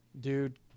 dude